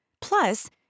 Plus